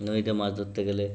নদীতে মাছ ধরতে গেলে